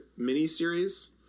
Miniseries